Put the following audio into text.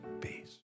peace